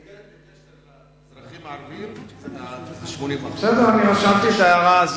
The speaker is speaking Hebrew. בקשר לאזרחים הערבים, זה 80%. רשמתי את ההערה.